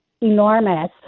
enormous